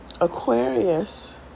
Aquarius